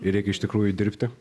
ir reikia iš tikrųjų dirbti